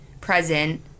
present